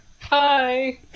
Hi